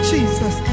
Jesus